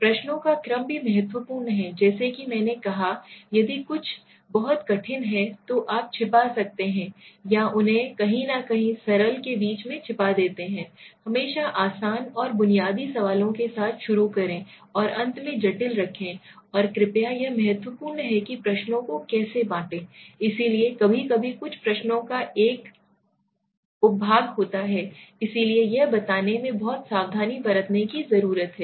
प्रश्नों का क्रम भी महत्वपूर्ण है जैसा कि मैंने कहा यदि कुछ बहुत कठिन हैं तो आप छिपा सकते हैं यह उन्हें कहीं न कहीं सरल के बीच में छिपा देता है हमेशा आसान और बुनियादी सवालों के साथ शुरू करें और अंत में जटिल रखें और कृपया यह भी महत्वपूर्ण है कि प्रश्नों को कैसे बांटे इसलिए कभी कभी कुछ प्रश्नों का एक उप भाग होता है इसलिए यह बताने में बहुत सावधानी बरतने की जरूरत है